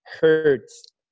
hurts